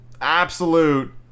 Absolute